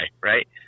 right